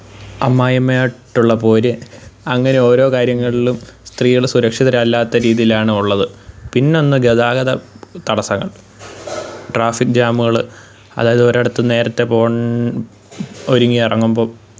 അമ്മായിയമ്മ ആയിട്ടുള്ള പോര് അങ്ങനെ ഓരോ കാര്യങ്ങളിലും സ്ത്രീകൾ സുരക്ഷിതരല്ലാത്ത രീതിയിലാണ് ഉള്ളത് പിന്നെ ഒന്ന് ഗതാഗത തടസങ്ങള് ട്രാഫിക് ജാമുകൾ അതായത് ഒരു ഇടത്ത് നേരത്തെ പോകാൻ ഒരുങ്ങി ഇറങ്ങുമ്പം